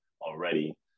already